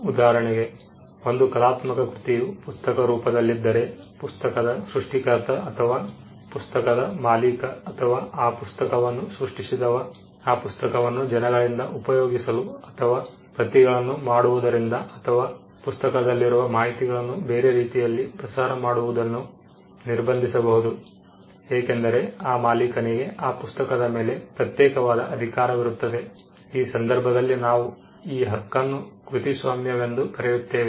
ಉದಾಹರಣೆಗೆ ಒಂದು ಕಲಾತ್ಮಕ ಕೃತಿಯು ಪುಸ್ತಕ ರೂಪದಲ್ಲಿದ್ದರೆ ಪುಸ್ತಕದ ಸೃಷ್ಟಿಕರ್ತ ಅಥವಾ ಪುಸ್ತಕದ ಮಾಲೀಕ ಅಥವಾ ಆ ಪುಸ್ತಕವನ್ನು ಸೃಷ್ಟಿಸಿದವ ಆ ಪುಸ್ತಕವನ್ನು ಜನಗಳಿಂದ ಉಪಯೋಗಿಸಲು ಅಥವಾ ಪ್ರತಿಗಳನ್ನು ಮಾಡಿಸುವುದರಿಂದ ಅಥವಾ ಪುಸ್ತಕದಲ್ಲಿರುವ ಮಾಹಿತಿಗಳನ್ನು ಬೇರೆ ರೀತಿಯಲ್ಲಿ ಪ್ರಸಾರ ಮಾಡುವುದನ್ನು ನಿರ್ಬಂಧಿಸಬಹುದು ಏಕೆಂದರೆ ಆ ಮಾಲಿಕನಿಗೆ ಆ ಪುಸ್ತಕದ ಮೇಲೆ ಪ್ರತ್ಯೇಕವಾದ ಅಧಿಕಾರವಿರುತ್ತದೆ ಈ ಸಂದರ್ಭದಲ್ಲಿ ನಾವು ಈ ಹಕ್ಕನ್ನು ಕೃತಿಸ್ವಾಮ್ಯವೆಂದು ಕರೆಯುತ್ತೇವೆ